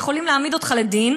יכולים להעמיד אותך לדין,